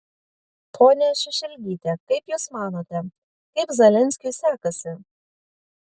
ponia šešelgyte kaip jūs manote kaip zelenskiui sekasi